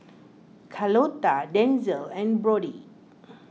Carlota Denzil and Brody